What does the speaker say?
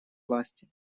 власти